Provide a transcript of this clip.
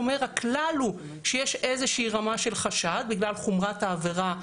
הכלל הוא שיש איזושהי רמה של חשד בגלל חומרת העבירה,